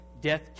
death